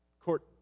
court